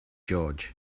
george